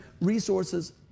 resources